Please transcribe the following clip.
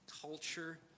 culture